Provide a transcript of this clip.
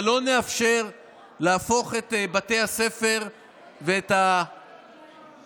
אבל לא נאפשר להפוך את בתי הספר ואת הרחבות